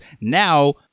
now